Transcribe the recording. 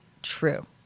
true